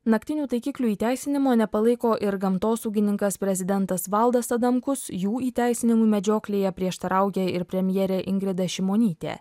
naktinių taikiklių įteisinimo nepalaiko ir gamtosaugininkas prezidentas valdas adamkus jų įteisinimu medžioklėje prieštarauja ir premjerė ingrida šimonytė